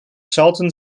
salton